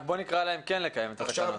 בואו נקרא להם כן לקיים את התקנות.